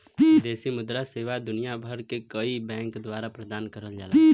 विदेशी मुद्रा सेवा दुनिया भर के कई बैंक द्वारा प्रदान करल जाला